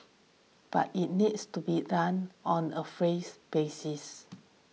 but it needs to be done on a phase basis